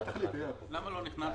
למה היא לא נכנסה?